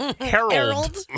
Harold